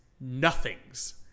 nothings